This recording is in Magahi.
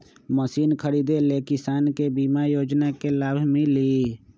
मशीन खरीदे ले किसान के बीमा योजना के लाभ मिली?